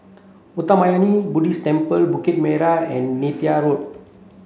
Uttamayanmuni Buddhist Temple Bukit Way and Neythal Road